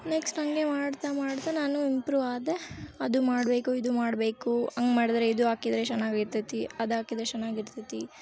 next ಹಂಗೆ ಮಾಡ್ತಾ ಮಾಡ್ತಾ ನಾನು ಇಂಪ್ರು ಆದೆ ಅದು ಮಾಡಬೇಕು ಇದು ಮಾಡಬೇಕು ಹಂಗ್ ಮಾಡಿದ್ರೆ ಇದು ಹಾಕಿದ್ರೆ ಚೆನ್ನಾಗಿರ್ತೈತಿ ಅದು ಹಾಕಿದ್ರೆ ಚೆನ್ನಾಗಿರ್ತೈತಿ